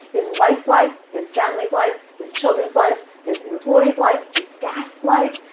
his wife's life, his family's life, his children's life, his employees' life, his staff's life.